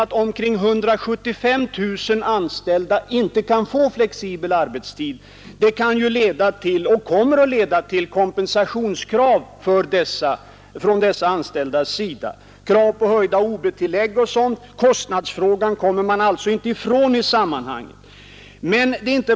Att omkring 175 000 statsanställda inte kan få flexibel arbetstid kan ju leda till — och kommer att leda till — kompensationskrav från deras sida, krav på höjda ob-tillägg, osv. Kostnadsfrågan kommer man alltså inte ifrån i sammanhanget.